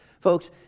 Folks